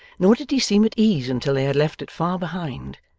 nor did he seem at ease until they had left it far behind,